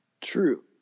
True